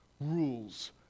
rules